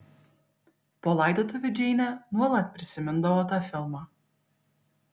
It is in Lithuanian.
po laidotuvių džeinė nuolat prisimindavo tą filmą